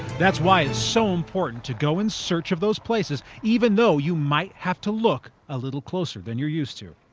that's why it's so important to go in search of those places even though they you might have to look a little closer than you're used to.